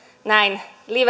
näin